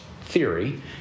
theory